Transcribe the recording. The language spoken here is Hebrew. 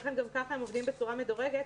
לכן גם כך הם עובדים בצורה מדורגת,